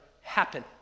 happen